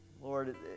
Lord